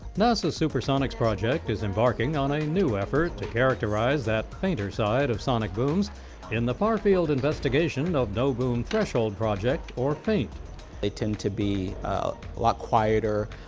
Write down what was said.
nasa's supersonics project is embarking on a new effort to characterize that fainter side of sonic booms in the farfield investigation of no boom threshold project, or faint they tend to be a lot quieter,